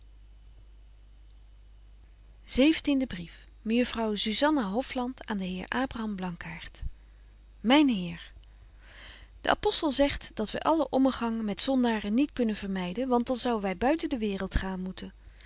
mejuffrouw zuzanna hofland aan den heer abraham blankaart myn heer de apostel zegt dat wy allen ommegang met zondaren niet kunnen vermyden want dan zouwen wy buiten de waereld gaan moeten